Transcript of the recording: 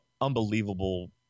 unbelievable